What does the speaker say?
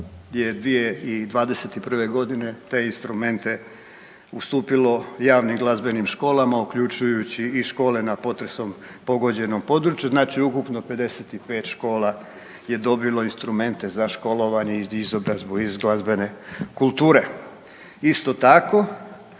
je 2021. godine te instrumente ustupilo javnim glazbenim školama uključujući i škole na potresu pogođenom području, znači ukupno 55 škola je dobilo instrumente za školovanje i izobrazbu iz glazbene kulture. Isto tako,